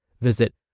Visit